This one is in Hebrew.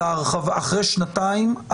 אחרי שנתיים,